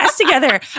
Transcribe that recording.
together